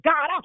God